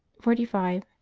forty five.